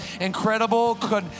incredible